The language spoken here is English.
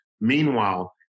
Meanwhile